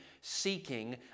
seeking